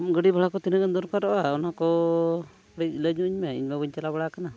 ᱜᱟᱹᱰᱤ ᱵᱷᱟᱲᱟ ᱠᱚ ᱛᱤᱱᱟᱹᱜ ᱜᱟᱱ ᱫᱚᱨᱠᱟᱨᱚᱜᱼᱟ ᱚᱱᱟ ᱠᱚ ᱠᱟᱹᱴᱤᱡ ᱞᱟᱹᱭ ᱧᱚᱜ ᱟᱹᱧᱢᱮ ᱤᱧᱢᱟ ᱵᱟᱹᱧ ᱪᱟᱞᱟᱣ ᱵᱟᱲᱟᱣ ᱠᱟᱱᱟ